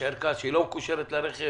יש ערכה שהיא לא מקושרת לרכב,